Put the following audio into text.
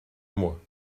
moi